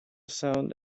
sound